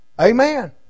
Amen